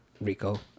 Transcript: Rico